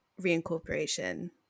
reincorporation